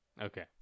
Okay